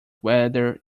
whether